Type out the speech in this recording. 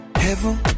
Heaven